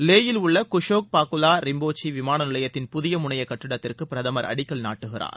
லே யில் உள்ள குஷோக் பாக்குலா ரிம்போச்சி விமான நிலையத்தின் புதிய முனைய கட்டிடத்திற்கு பிரதமர் அடிக்கல் நாட்டுகிறார்